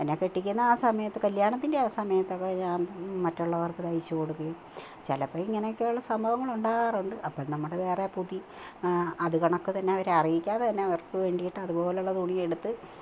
എന്നെ കെട്ടിക്കുന്ന ആ സമയത്ത് കല്ല്യാണത്തിന്റെ ആ സമയത്തൊക്കെ ഞാന് മറ്റുള്ളവർക്ക് തയ്ച്ചു കൊടുക്കുകയും ചിലപ്പോൾ ഇങ്ങനെയൊക്കെയുള്ള സംഭവങ്ങൾ ഉണ്ടാകാറുണ്ട് അപ്പോൾ നമ്മൾ വേറെ പുതി അതു കണക്കു തന്നെ അവരെ അറിയിക്കാതെ തന്നെ അവര്ക്കു വേണ്ടിയിട്ട് അതുപോലെയുള്ള തുണി എടുത്ത്